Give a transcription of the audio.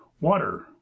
water